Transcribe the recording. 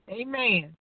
Amen